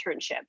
internship